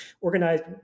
organized